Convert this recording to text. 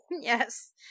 Yes